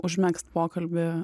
užmegzt pokalbį